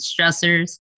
stressors